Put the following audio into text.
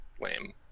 lame